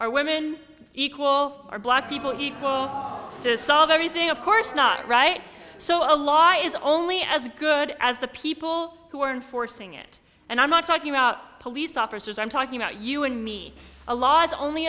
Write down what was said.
are women equal or black people equal to solve everything of course not right so a law is only as good as the people who are enforcing it and i'm not talking about police officers i'm talking about you and me a law is only